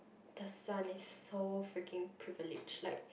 the son is so freaking privileged like